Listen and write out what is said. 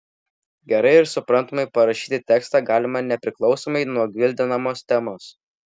gerai ir suprantamai parašyti tekstą galima nepriklausomai nuo gvildenamos temos